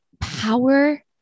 power